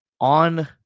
On